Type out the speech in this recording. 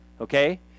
okay